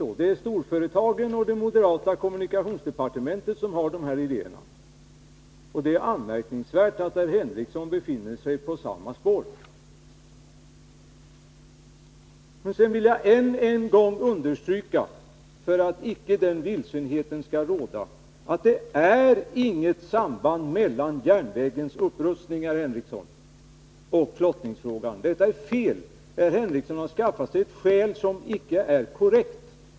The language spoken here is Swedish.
Ja, det är storföretagen och det moderata kommunikationsdepartementet som har dessa idéer. Det anmärkningsvärda är att herr Henricsson befinner sig på samma spår. Låt mig än en gång understryka, för att vilsenhet inte skall råda härom, att det inte är något samband mellan järnvägens upprustning och flottningsfrågan. Det är fel. Herr Henricsson stöder sig på ett skäl som inte är korrekt.